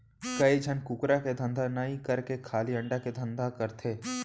कइ झन कुकरा के धंधा नई करके खाली अंडा के धंधा करथे